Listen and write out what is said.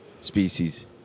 species